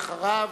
אחריו,